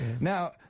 Now